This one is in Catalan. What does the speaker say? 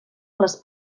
les